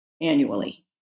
annually